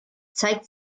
zeigt